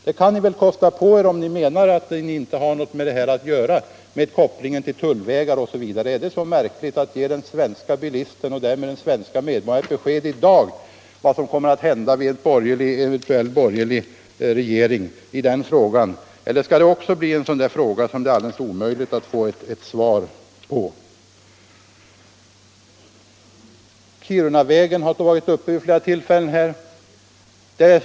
Det kan ni väl kosta på er, om ni menar att ni inte har med detta att göra — kopplingen till tullvägar osv. Är det så märkligt att ge den svenska bilisten och därmed den svenska medborgaren ett besked i dag om vad som kommer att hända i den frågan under en eventuell borgerlig regering? Eller skall det också bli en sådan där fråga som det är alldeles omöjligt att få svar på? Kirunavägen har här vid flera tillfällen varit uppe till diskussion.